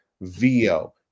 VO